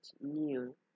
new